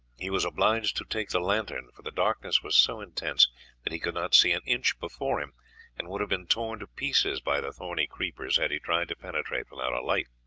he was obliged to take the lantern, for the darkness was so intense that he could not see an inch before him and would have been torn to pieces by the thorny creepers had he tried to penetrate without a light.